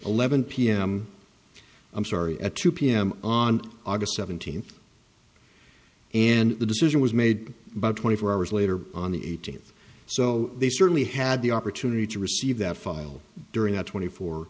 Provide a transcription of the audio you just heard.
eleven pm i'm sorry at two pm on august seventeenth and the decision was made about twenty four hours later on the eighteenth so they certainly had the opportunity to receive that file during the twenty four